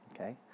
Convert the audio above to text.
Okay